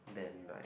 then like